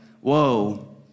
Whoa